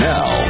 Now